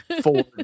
four